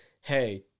Hey